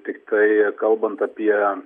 tiktai kalbant apie